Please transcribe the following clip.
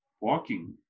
walking